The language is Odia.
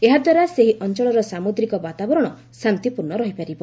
ଏହାଦ୍ୱାରା ସେହି ଅଞ୍ଚଳର ସାମୁଦ୍ରିକ ବାତାବରଣ ଶାନ୍ତିପ୍ରର୍ଣ୍ଣ ରହିପାରିବ